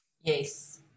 Yes